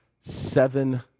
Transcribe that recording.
seven